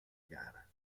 gara